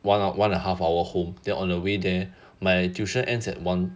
one hour one a half hour home then on the way there my tuition ends at one